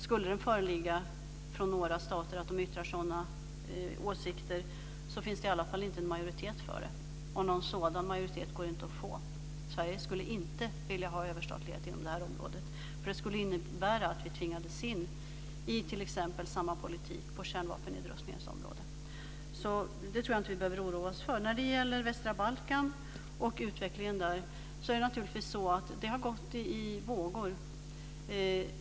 Skulle några stater yttra sådana åsikter finns det i alla fall inte en majoritet för det. Någon sådan majoritet går inte heller att få. Sverige skulle inte vilja ha överstatlighet inom det här området, för det skulle innebära att vi tvingades in i t.ex. en gemensam politik på kärnvapennedrustningens område. Jag tror alltså inte att vi behöver oroa oss för det. Utvecklingen på västra Balkan har gått i vågor.